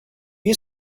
you